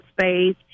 space